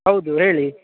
ಹೌದು ಹೇಳಿ